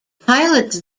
pilots